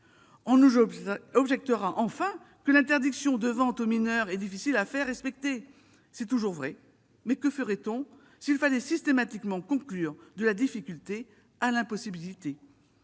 On nous objectera enfin que l'interdiction de vente aux mineurs est difficile à faire respecter. C'est toujours vrai, mais que ferait-on s'il fallait systématiquement conclure de la difficulté à l'impossibilité ?